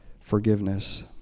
forgiveness